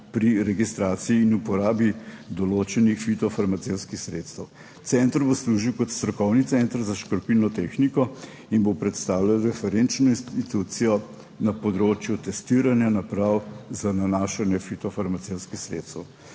pri registraciji in uporabi določenih fitofarmacevtskih sredstev. Center bo služil kot strokovni center za škropilno tehniko in bo predstavljal referenčno institucijo na področju testiranja naprav za nanašanje fitofarmacevtskih sredstev.